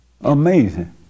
amazing